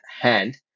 hand